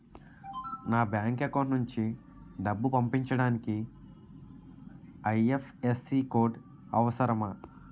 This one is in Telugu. నా బ్యాంక్ అకౌంట్ నుంచి డబ్బు పంపించడానికి ఐ.ఎఫ్.ఎస్.సి కోడ్ అవసరమా?